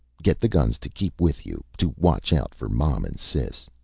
get the guns to keep with you to watch out for mom and sis.